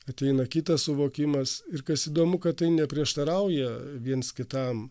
ateina kitas suvokimas ir kas įdomu kad tai neprieštarauja viens kitam